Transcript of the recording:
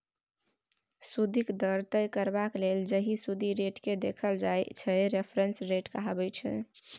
सुदिक दर तय करबाक लेल जाहि सुदि रेटकेँ देखल जाइ छै रेफरेंस रेट कहाबै छै